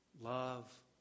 Love